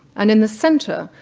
and in the center,